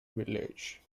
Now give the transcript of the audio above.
village